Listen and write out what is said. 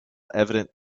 evident